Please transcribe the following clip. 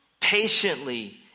Patiently